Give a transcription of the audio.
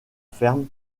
ferme